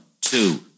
two